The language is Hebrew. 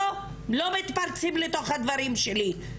לא מתפרצים לתוך הדברים שלי,